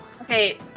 Okay